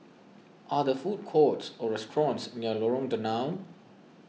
are there food courts or restaurants near Lorong Danau